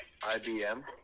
IBM